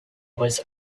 was